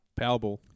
Powerball